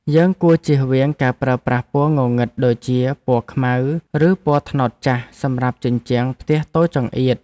យើងគួរចៀសវាងការប្រើប្រាស់ពណ៌ងងឹតដូចជាពណ៌ខ្មៅឬពណ៌ត្នោតចាស់សម្រាប់ជញ្ជាំងផ្ទះតូចចង្អៀត។